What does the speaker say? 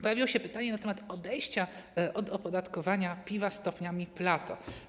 Pojawiło się pytanie na temat odejścia od opodatkowania piwa stopniami Plato.